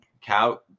Cow